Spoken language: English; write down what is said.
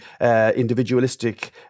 individualistic